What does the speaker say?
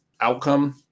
outcome